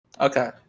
Okay